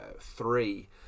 three